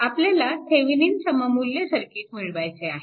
आपल्याला थेविनिन सममुल्य सर्किट मिळवायचे आहे